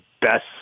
best